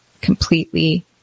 completely